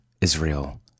Israel